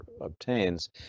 obtains